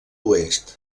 oest